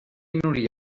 minoria